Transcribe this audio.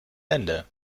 ende